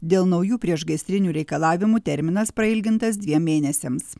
dėl naujų priešgaisrinių reikalavimų terminas prailgintas dviem mėnesiams